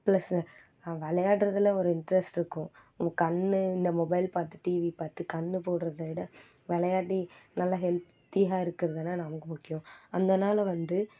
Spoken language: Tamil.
பிளஸ்ஸு விளையாடுறதுல ஒரு இன்ட்ரெஸ்ட் இருக்கும் நம்ம கண்ணு இந்த மொபைல் பார்த்து டிவி பார்த்து கண்ணு போகிறத விட விளையாடி நல்லா ஹெல்த்தியாக இருக்கிறது தான நமக்கு முக்கியம் அதனால வந்து